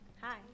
Hi